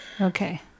Okay